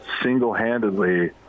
single-handedly